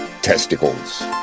testicles